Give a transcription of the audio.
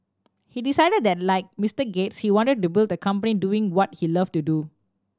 he decided that like Mister Gates he wanted to build a company doing what he loved to do